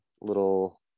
little